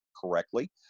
correctly